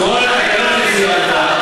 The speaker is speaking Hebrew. כל התקלות שציינת,